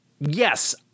yes